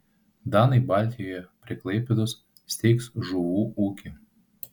danai baltijoje prie klaipėdos steigs žuvų ūkį